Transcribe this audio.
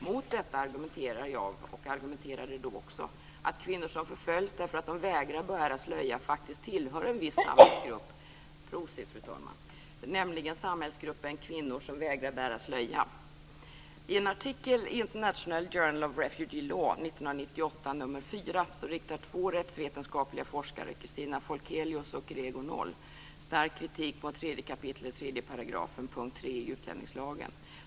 Mot detta argumenterar jag, och gjorde det också då, att kvinnor som förföljs därför att de vägrar bära slöja faktiskt tillhör en viss samhällsgrupp, nämligen samhällsgruppen "kvinnor som vägrar bära slöja". Refugee Law riktar två rättsvetenskapliga forskare, Kristina Folkelius och Gregor Noll stark kritik mot 3 kap. 3 § första stycket 3 i utlänningslagen.